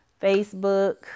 Facebook